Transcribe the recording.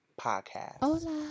Podcast